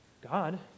God